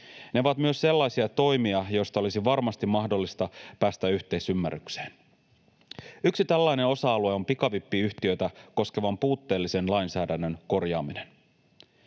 Ne ovat myös sellaisia toimia, joista olisi varmasti mahdollista päästä yhteisymmärrykseen. Yksi tällainen osa-alue on pikavippiyhtiöitä koskevan puutteellisen lainsäädännön korjaaminen.